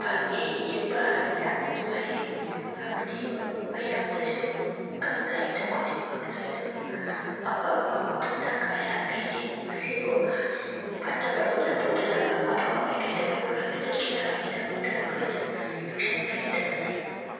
ꯐꯪꯉꯦ ꯌꯦꯡꯕ ꯌꯥꯝꯅ ꯅꯨꯡꯉꯥꯏꯔꯦ ꯑꯃꯗꯤ ꯃꯌꯥꯝꯗꯁꯨ ꯈꯪꯗ ꯍꯩꯇ ꯈꯨꯗꯤꯡꯃꯛ ꯂꯣꯏꯅ ꯑꯐ ꯑꯐꯕ ꯄꯥꯎꯇꯥꯛ ꯀꯌꯥ ꯄꯤꯔꯤ ꯃꯁꯤꯕꯨ ꯐꯠꯇꯕꯂꯣꯝꯗ ꯄꯨꯗꯅꯕ ꯑꯐꯕ ꯃꯥꯏꯀꯩꯏꯗ ꯄꯨꯔꯒ ꯆꯠꯈꯤꯅꯕꯒꯤꯗꯃꯛꯇ ꯑꯩꯈꯣꯏꯅ ꯂꯧꯁꯤꯟꯕꯤꯒꯗꯕꯅꯤ